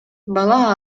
бала